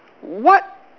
what